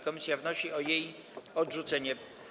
Komisja wnosi o jej odrzucenie.